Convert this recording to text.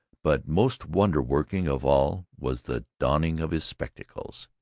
but most wonder-working of all was the donning of his spectacles.